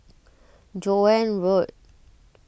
Joan Road